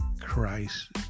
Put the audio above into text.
Christ